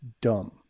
dumb